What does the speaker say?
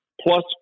plus